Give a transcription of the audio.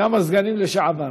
גם הסגנים לשעבר.